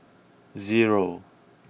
zero